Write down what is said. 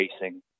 racing